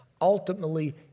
Ultimately